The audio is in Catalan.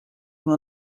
una